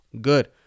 good